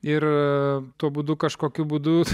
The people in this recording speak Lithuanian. ir tuo būdu kažkokiu būdu